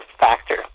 factor